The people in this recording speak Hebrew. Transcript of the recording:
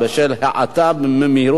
אבל, שלמה,